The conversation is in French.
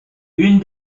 une